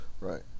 Right